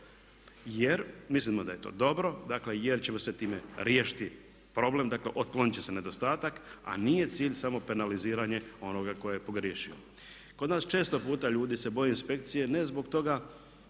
Jer mislimo da je to dobro. Dakle, jer ćemo se time riješiti problema, dakle otklonit će se nedostatak a nije cilj samo penaliziranje onoga tko je pogriješio. Kod nas često puta ljudi se boje inspekcije ne zbog toga